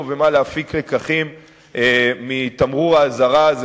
ומה להפיק לקחים מתמרור האזהרה הזה,